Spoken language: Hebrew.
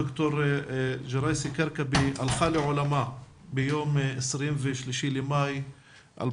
ד"ר ג'ראייסי-כרכבי הלכה לעולמה ביום 23 במאי 2020,